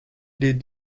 les